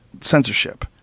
censorship